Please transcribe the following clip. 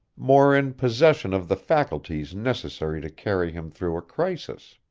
more in possession of the faculties necessary to carry him through a crisis.